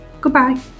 goodbye